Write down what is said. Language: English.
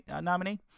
nominee